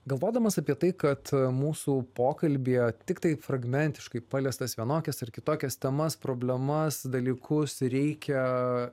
galvodamas apie tai kad mūsų pokalbyje tiktai fragmentiškai paliestas vienokias ar kitokias temas problemas dalykus reikia